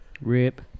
Rip